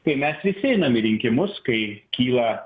tai mes visi einam į rinkimus kai kyla